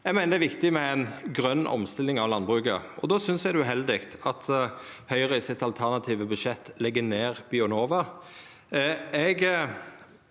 Eg meiner det er viktig med ei grøn omstilling av landbruket, og då synest eg det er uheldig at Høgre i sitt alternative budsjett legg ned Bionova.